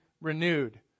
renewed